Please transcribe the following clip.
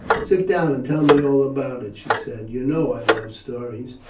sit down and tell me all about it, she said. you know i love stories.